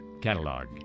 Catalog